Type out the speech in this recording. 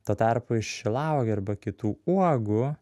tuo tarpu iš šilauogių arba kitų uogų